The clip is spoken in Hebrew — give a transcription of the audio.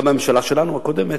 גם בממשלה שלנו הקודמת,